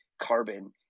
Carbon